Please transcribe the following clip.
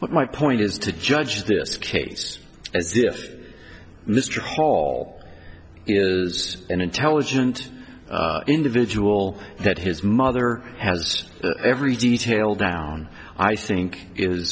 what my point is to judge this case as this mr hall is an intelligent individual that his mother has every detail down i think is